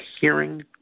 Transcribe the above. hearing